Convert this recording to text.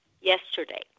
yesterday